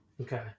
okay